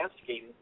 asking